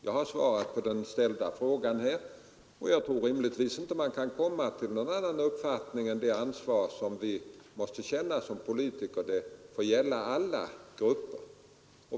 Jag har svarat på den ställda frågan, och jag tror att man rimligtvis inte kan komma till någon annan uppfattning än att det ansvar vi måste känna som politiker får gälla alla grupper.